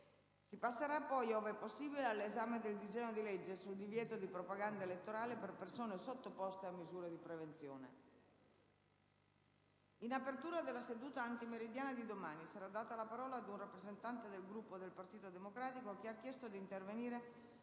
Si passerà poi - ove possibile - all'esame del disegno di legge sul divieto di propaganda elettorale per persone sottoposte a misure di prevenzione. In apertura della seduta antimeridiana di domani, sarà data la parola a un rappresentante del Gruppo del Partito Democratico che ha chiesto di intervenire